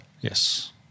Yes